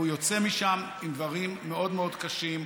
והוא יוצא משם עם דברים מאוד מאוד קשים.